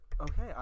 okay